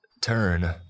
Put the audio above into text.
Turn